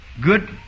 good